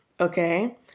Okay